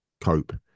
cope